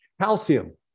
Calcium